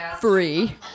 free